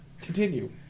Continue